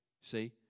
See